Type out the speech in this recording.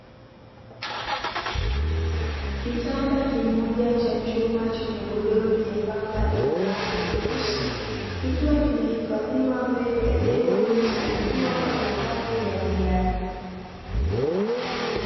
Kitanda kimoja cha chuma chenye godoro jembamba lenye rangi nyeusi kikiwa kimehifadhiwa mbele ya jengo lililosanifiwa kwa sakafu ya vigae.